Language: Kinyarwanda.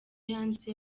yanditse